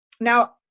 Now